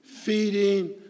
feeding